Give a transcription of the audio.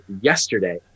yesterday